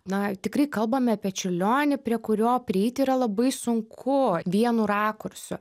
na tikrai kalbam apie čiurlionį prie kurio prieiti yra labai sunku vienu rakursu